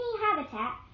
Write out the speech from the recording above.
habitat